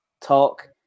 talk